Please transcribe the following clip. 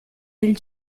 del